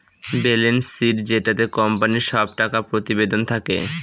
balance sheet যেটাতে কোম্পানির সব টাকা প্রতিবেদন থাকে